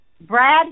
Brad